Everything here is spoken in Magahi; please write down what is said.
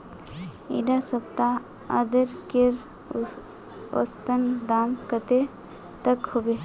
इडा सप्ताह अदरकेर औसतन दाम कतेक तक होबे?